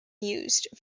used